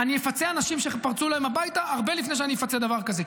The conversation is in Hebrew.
אני אפצה אנשים שפרצו להם הביתה הרבה לפני שאני אפצה על דבר כזה,